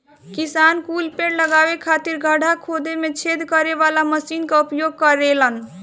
किसान कुल पेड़ लगावे खातिर गड़हा खोदे में छेद करे वाला मशीन कअ उपयोग करेलन